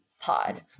pod